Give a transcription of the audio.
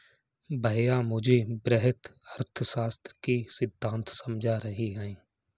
भैया मुझे वृहत अर्थशास्त्र के सिद्धांत समझा रहे हैं